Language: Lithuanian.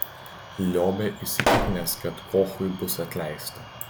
liobė įsitikinęs kad kochui bus atleista